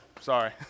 Sorry